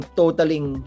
totaling